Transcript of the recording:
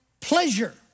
pleasure